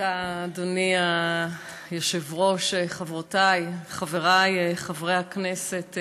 אדוני היושב-ראש, תודה, חברותי וחברי חברי הכנסת,